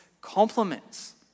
compliments